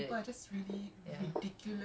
I've seen it on twitter yes